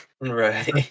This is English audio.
right